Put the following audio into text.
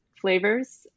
flavors